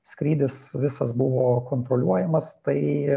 skrydis visas buvo kontroliuojamas tai